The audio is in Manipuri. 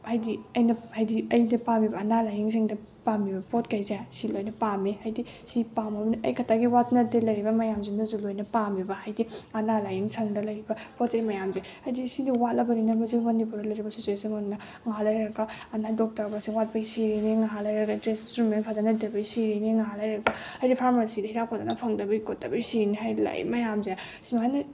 ꯍꯥꯏꯗꯤ ꯑꯩꯅ ꯍꯥꯏꯗꯤ ꯑꯩꯅ ꯄꯥꯝꯃꯤꯕ ꯑꯅꯥ ꯂꯥꯏꯌꯦꯡꯁꯪꯗ ꯄꯥꯝꯃꯤꯕ ꯄꯣꯠꯈꯩꯁꯦ ꯁꯤ ꯂꯣꯏꯅ ꯄꯥꯝꯃꯦ ꯍꯥꯏꯗꯤ ꯁꯤ ꯄꯥꯝꯃꯕꯅꯤꯅ ꯑꯩ ꯈꯛꯇꯒꯤ ꯋꯥꯁꯨ ꯅꯠꯇꯦ ꯂꯩꯔꯤꯕ ꯃꯌꯥꯝꯁꯤꯅꯁꯨ ꯂꯣꯏꯅ ꯄꯥꯝꯃꯦꯕ ꯍꯥꯏꯗꯤ ꯑꯅꯥ ꯂꯥꯏꯌꯦꯡꯁꯪꯗ ꯂꯩꯔꯤꯕ ꯄꯣꯠ ꯆꯩ ꯃꯌꯥꯝꯁꯦ ꯍꯥꯏꯗꯤ ꯁꯤꯗꯤ ꯋꯥꯠꯂꯕꯅꯤꯅ ꯑꯃꯁꯨꯡ ꯃꯅꯤꯄꯨꯔꯗ ꯂꯩꯔꯤꯕ ꯁꯤꯆꯨꯋꯦꯁꯟ ꯑꯣꯏꯅ ꯉꯥꯏꯍꯥꯛ ꯂꯩꯔꯒ ꯗꯣꯛꯇꯔ ꯃꯁꯤꯡ ꯋꯥꯠꯄꯒꯤ ꯁꯤꯔꯅꯤ ꯉꯥꯏꯍꯥꯛ ꯂꯩꯔꯒ ꯇꯦꯁ ꯏꯟꯁꯇ꯭ꯔꯨꯃꯦꯟ ꯐꯖꯅ ꯂꯩꯇꯕꯒꯤ ꯁꯤꯔꯤꯅꯤ ꯉꯥꯏꯍꯥꯛ ꯂꯩꯔꯒ ꯍꯥꯏꯗꯤ ꯐꯥꯔꯃꯥꯁꯤꯗ ꯍꯤꯗꯥꯛ ꯐꯖꯅ ꯐꯪꯗꯕꯩ ꯈꯣꯠꯇꯕꯩ ꯁꯤꯔꯤꯅꯤ ꯍꯥꯏꯗꯤ ꯂꯥꯛꯏꯕ ꯃꯌꯥꯝꯁꯦ ꯁꯨꯃꯥꯏꯅ